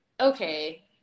okay